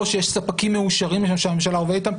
או שיש ספקים מאושרים שהממשלה עובדת איתם,